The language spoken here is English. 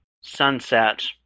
sunset